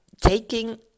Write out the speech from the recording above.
taking